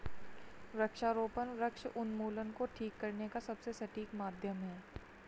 वृक्षारोपण वृक्ष उन्मूलन को ठीक करने का सबसे सटीक माध्यम है